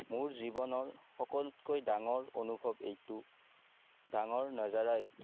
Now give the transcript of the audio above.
মোৰ জীৱনৰ সকলোতকৈ ডাঙৰ অনুভৱ এইটো ডাঙৰ নাজাৰা এইটো